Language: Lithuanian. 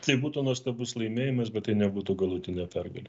tai būtų nuostabus laimėjimas bet tai nebūtų galutinė pergalė